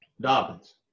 Dobbins